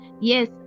yes